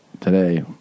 today